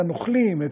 את הנוכלים,